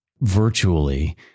virtually